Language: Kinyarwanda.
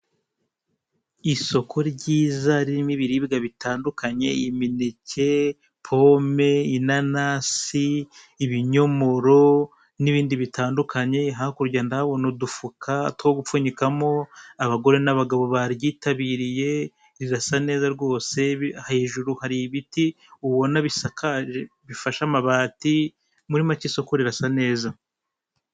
Ahantu hari habereye amatora abaturage bamwe bari kujya gutora abandi bari kuvayo ku marembo y'aho hantu hari habereye amatora hari hari banderore yanditseho repubulika y'u Rwanda komisiyo y'igihugu y'amatora, amatora y'abadepite ibihumbi bibiri na cumi n'umunani twitabire amatora duhitemo neza.